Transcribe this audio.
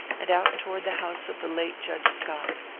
and out toward the house of the late judge scott.